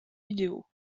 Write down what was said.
vidéo